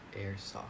Airsoft